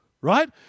Right